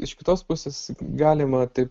iš kitos pusės galima taip